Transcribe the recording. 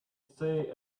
say